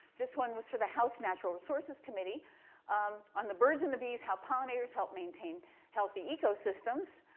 this one was for the house natural resources committee on the birds and the bees, how pollinators help maintain healthy ecosystems,